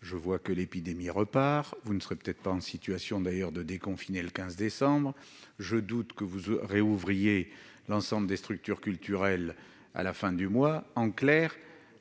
je vois que l'épidémie repart, vous ne serez peut-être pas en situation d'ailleurs de déconfiner le 15 décembre je doute que vous au rez, ouvrier l'ensemble des structures culturelles à la fin du mois, en clair,